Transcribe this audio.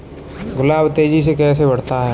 गुलाब तेजी से कैसे बढ़ता है?